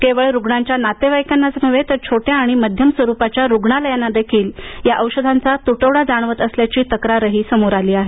केवळ रुग्णांच्या नातेवाइकांनाच नव्हे तर छोट्या आणि माध्यम स्वरूपाच्या रुग्णालयांनादेखील या औषधांचा तुटवडा जाणवत असल्याची तक्रारही समोर आली आहे